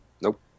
nope